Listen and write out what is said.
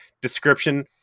description